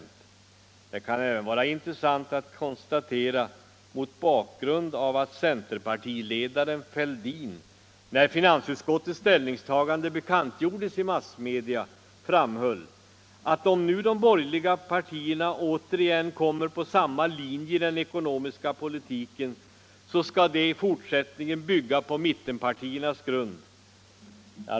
Det kan också vara intressant att konstatera, mot bakgrund av att centerpartiledaren Fälldin när finansutskottets ställningstagande bekantgjordes i massmedia framhöll att om de borgerliga partierna nu återigen kommit på samma linje i den ekonomiska politiken, så skall denna fortsättningsvis bygga på mittenpartiernas grund.